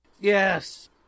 Yes